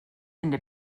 into